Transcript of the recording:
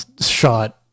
shot